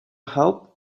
help